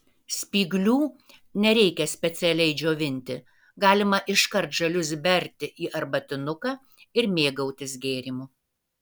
spyglių nereikia specialiai džiovinti galima iškart žalius berti į arbatinuką ir mėgautis gėrimu